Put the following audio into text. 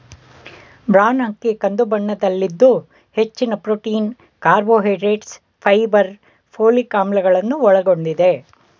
bran ಅಕ್ಕಿ ಕಂದು ಬಣ್ಣದಲ್ಲಿದ್ದು ಹೆಚ್ಚಿನ ಪ್ರೊಟೀನ್, ಕಾರ್ಬೋಹೈಡ್ರೇಟ್ಸ್, ಫೈಬರ್, ಪೋಲಿಕ್ ಆಮ್ಲಗಳನ್ನು ಒಳಗೊಂಡಿದೆ